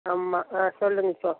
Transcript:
ஆமாம் ஆ சொல்லுங்கள் இப்போது